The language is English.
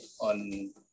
on